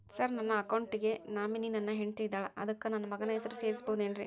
Sir ನನ್ನ account ಗೆ nominee ನನ್ನ ಹೆಂಡ್ತಿ ಇದ್ದಾಳ ಅದಕ್ಕ ನನ್ನ ಮಗನ ಹೆಸರು ಸೇರಸಬಹುದೇನ್ರಿ?